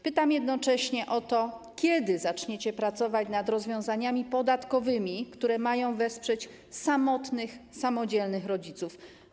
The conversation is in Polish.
Pytam jednocześnie o to, kiedy zaczniecie pracować nad rozwiązaniami podatkowymi, które mają wesprzeć samotnych, samodzielnych rodziców.